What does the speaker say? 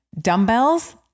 dumbbells